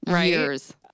years